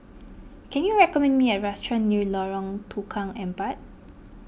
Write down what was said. can you recommend me a restaurant near Lorong Tukang Empat